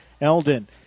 Eldon